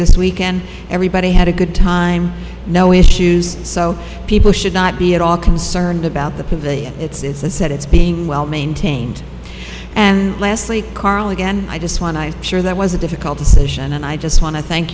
this weekend everybody had a good time no issues so people should not be at all concerned about the pavilion it's a set it's being well maintained and lastly carl again i just want to share that was a difficult decision and i just want to thank